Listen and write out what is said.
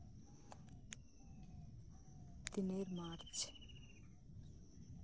ᱛᱤᱱ ᱢᱟᱨᱪ